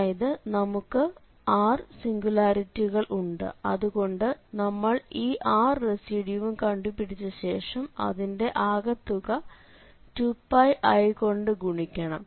അതായത് നമുക്ക് r സിംഗുലാരിറ്റികൾ ഉണ്ട് അതുകൊണ്ട് നമ്മൾ ഈ r റെസിഡ്യൂവും കണ്ടുപിടിച്ചശേഷം അതിന്റെ ആകെ തുക 2πi കൊണ്ട് ഗുണിക്കണം